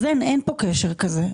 אז אין כאן קשר כזה.